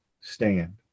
stand